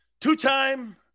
Two-time